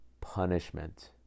punishment